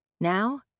Now